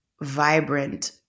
vibrant